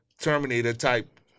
Terminator-type